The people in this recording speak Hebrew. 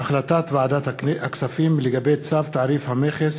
החלטת ועדת הכספים לגבי צו תעריף המכס